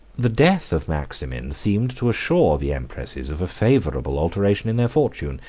the death of maximin seemed to assure the empresses of a favorable alteration in their fortune.